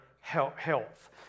health